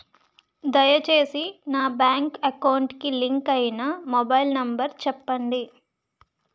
దయచేసి నా bank account కి లింక్ అయినా మొబైల్ నంబర్ చెప్పండి